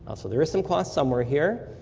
ah so there is some cost somewhere here.